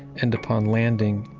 and upon landing,